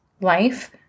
life